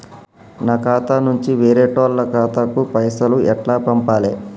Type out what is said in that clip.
నా ఖాతా నుంచి వేరేటోళ్ల ఖాతాకు పైసలు ఎట్ల పంపాలే?